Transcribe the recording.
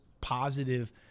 positive